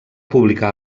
publicar